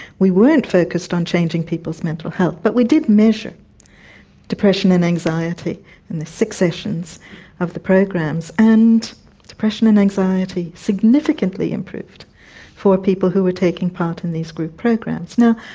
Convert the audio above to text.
we weren't focused on changing people's mental health, but we did measure depression and anxiety in the six sessions of the programs, and depression and anxiety significantly improved for people who were taking part in these group programs. now,